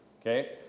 Okay